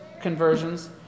conversions